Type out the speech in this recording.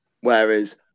whereas